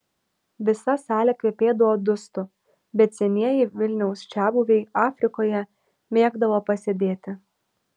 visa salė kvepėdavo dustu bet senieji vilniaus čiabuviai afrikoje mėgdavo pasėdėti